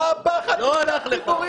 אי אפשר לנהל ככה דיון.